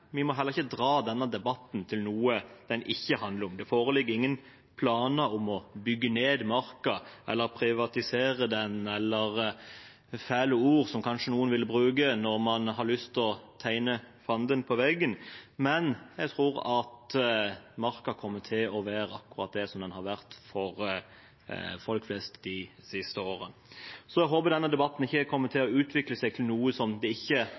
vi må ikke la denne debatten utvikle seg til noe den ikke handler om. Det foreligger ingen planer om å bygge ned marka, privatisere den eller andre fæle ord som noen kanskje vil bruke når man har lyst til å male fanden på veggen. Jeg tror at marka kommer til å være akkurat det den har vært for folk flest de siste årene. Jeg håper denne debatten ikke kommer til å utvikle seg til noe den ikke